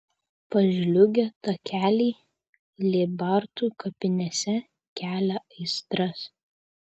pažliugę takeliai lėbartų kapinėse kelia aistras